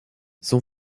son